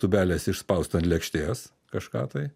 tūbelės išspaust ant lėkštės kažką tai